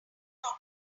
talk